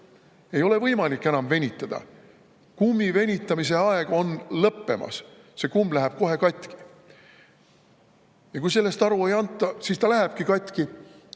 Ei ole võimalik enam venitada. Kummivenitamise aeg on lõppemas, see kumm läheb kohe katki. Ja kui sellest [endale] aru ei anta, siis ta lähebki katki.